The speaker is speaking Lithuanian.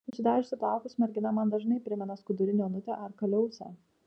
nusidažiusi plaukus mergina man dažnai primena skudurinę onutę ar kaliausę